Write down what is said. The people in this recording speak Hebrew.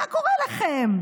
מה קורה לכם?